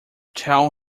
tell